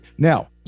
Now